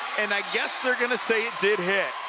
and i guess they're going to say it did hit.